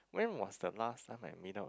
when was the last time I meet out with